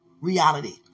reality